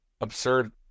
absurd